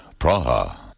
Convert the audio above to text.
Praha